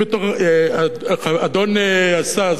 אדון סגן השר,